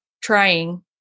trying